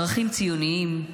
ערכים ציוניים,